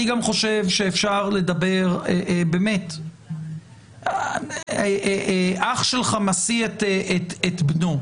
אני גם חושב שאפשר לדבר, אח שלך משיא את בנו.